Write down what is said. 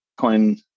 Bitcoin